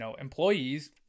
employees